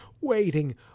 waiting